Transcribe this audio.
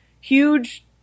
huge